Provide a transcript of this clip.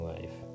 life